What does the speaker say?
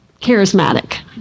charismatic